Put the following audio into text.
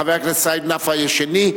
חבר הכנסת סעיד נפאע יהיה שני.